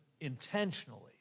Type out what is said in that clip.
intentionally